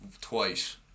twice